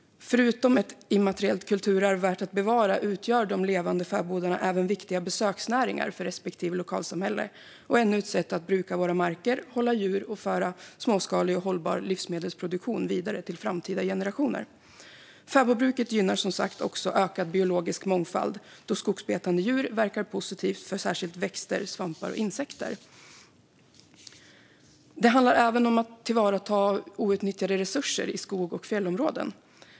Förutom ett immateriellt kulturarv värt att bevara utgör de levande fäbodarna även viktiga besöksnäringar för respektive lokalsamhälle och är ännu ett sätt att bruka våra marker, hålla djur och föra småskalig och hållbar livsmedelsproduktion vidare till framtida generationer. Fäbodbruket gynnar, som sagt, också ökad biologisk mångfald då skogsbetande djur verkar positivt för särskilt växter, svampar och insekter. Det handlar även om att tillvarata outnyttjade resurser i skog och fjällområden.